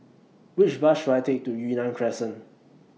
Which Bus should I Take to Yunnan Crescent